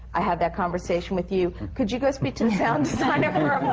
i had that conversation with you. could you go speak to the sound kind of